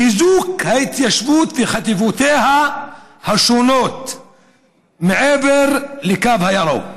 חיזוק ההתיישבות וחטיבותיה השונות מעבר לקו הירוק.